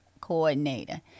coordinator